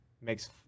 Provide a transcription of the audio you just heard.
makes